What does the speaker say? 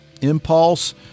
Impulse